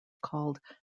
called